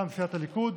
מטעם סיעת הליכוד: